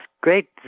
great